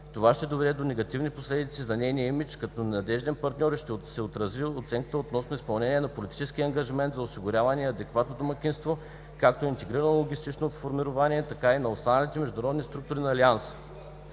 това ще доведе до негативни последици за нейния имидж като надежден партньор и ще се отрази върху оценката относно изпълнението на политическия ангажимент за осигуряване на адекватно домакинство както на интегрираното логистично формирование, така и на останалите международни структури на Алианса.